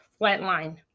flatline